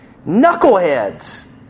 knuckleheads